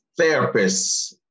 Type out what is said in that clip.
therapists